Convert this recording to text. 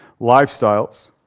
lifestyles